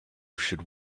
should